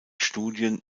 studien